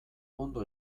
ondo